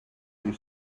you